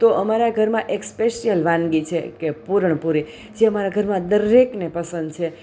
તો અમારા ઘરમાં એક સ્પેશિયલ વાનગી છે કે પૂરણપૂરી જે અમારા ઘરમાં દરેકને પસંદ છે